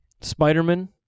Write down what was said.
Spider-Man